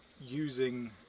using